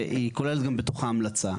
והוא כולל בתוכו גם המלצה.